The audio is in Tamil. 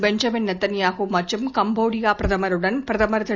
பென்ஜமின் நெதன்யாகு மற்றும் கம்போடியா பிரதமருடன் பிரதமர் திரு